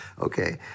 okay